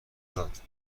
داد